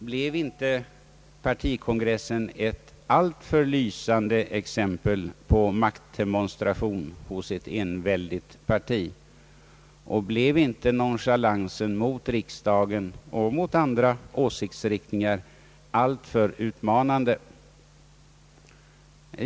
Blev inte partikongressen ett alltför lysande exempel på maktdemonstration hos ett enväldigt parti, och blev inte nonchalansen mot riksdagen och mot andra åsiktsriktningar alltför utmanande?